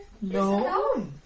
No